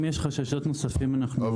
אם יש חששות נוספים אנחנו פה כדי לענות.